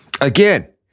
Again